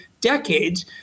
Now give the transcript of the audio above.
decades